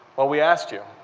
well, we asked you.